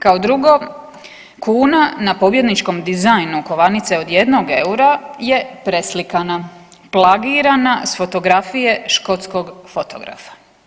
Kao drugo kuna na pobjedničkom dizajnu kovanice od 1 EUR-a je preslikana, plagirana s fotografije škotskog fotografa.